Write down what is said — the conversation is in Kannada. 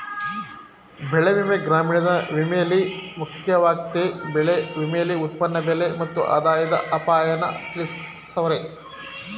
ಬೆಳೆವಿಮೆ ಗ್ರಾಮೀಣ ವಿಮೆಲಿ ಮುಖ್ಯವಾಗಯ್ತೆ ಬೆಳೆ ವಿಮೆಲಿ ಉತ್ಪನ್ನ ಬೆಲೆ ಮತ್ತು ಆದಾಯದ ಅಪಾಯನ ತಿಳ್ಸವ್ರೆ